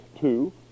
two